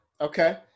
okay